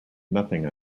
nothing